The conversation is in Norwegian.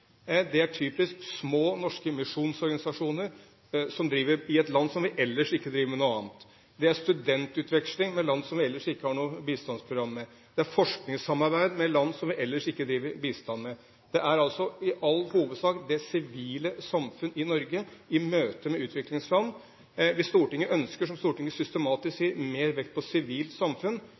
studentutveksling med land som vi ellers ikke har noen bistandsprogram med. Det er forskningssamarbeid med land som vi ellers ikke driver bistand med. Det er altså i all hovedsak det sivile samfunnet i Norge i møte med utviklingsland. Hvis Stortinget ønsker det som Stortinget systematisk sier: mer vekt på sivilt samfunn,